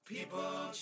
People